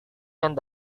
yang